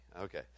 Okay